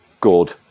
good